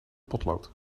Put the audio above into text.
potlood